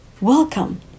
Welcome